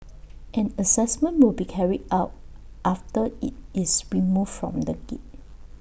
an Assessment will be carried out after IT is removed from the gate